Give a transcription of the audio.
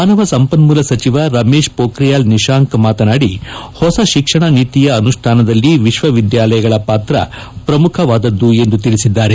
ಮಾನವ ಸಂಪನ್ನೂಲ ಸಚವ ರಮೇಶ್ ಹೋಬ್ರಿಯಾಲ್ ನಿಶಾಂಕ್ ಮಾತನಾಡಿ ಹೊಸ ಶಿಕ್ಷಣ ನೀತಿಯ ಅನುಷ್ಠಾನದಲ್ಲಿ ವಿಶ್ವವಿದ್ಯಾಲಯಗಳ ಪಾತ್ರ ಪ್ರಮುಖವಾದದ್ದು ಎಂದು ಅವರು ತಿಳಿಸಿದ್ದಾರೆ